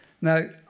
now